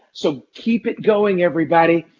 so keep it going everybody.